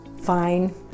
Fine